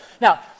Now